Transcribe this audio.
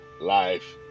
life